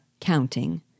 counting